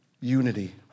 unity